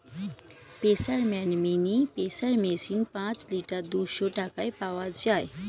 স্পেয়ারম্যান mini sprayer machine পাঁচ litre দুইশো টাকায় পাওয়া যায়